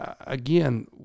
again